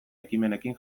ekimenekin